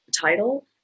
title